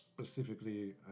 Specifically